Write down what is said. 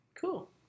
cool